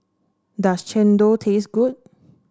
does Chendol taste good